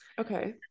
okay